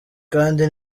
kandi